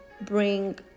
bring